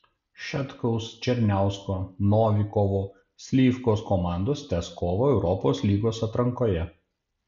šetkaus černiausko novikovo slivkos komandos tęs kovą europos lygos atrankoje